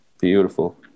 Beautiful